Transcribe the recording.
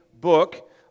book